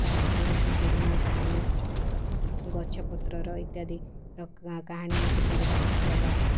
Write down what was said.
ତା'ପରେ ହେଉଛି ବୁଢ଼ୀ ମାଆ କାହାଣୀ ଗଛପତ୍ରର ଇତ୍ୟାଦି ର କାହାଣୀ ମୋତେ ପଢ଼ିବାକୁ ଭଲ ଲାଗେ